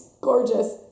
gorgeous